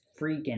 freaking